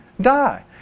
die